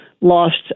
lost